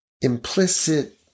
implicit